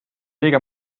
liige